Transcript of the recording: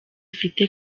ufite